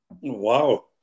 Wow